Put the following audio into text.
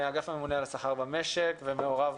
צוהריים טובים.